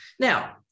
Now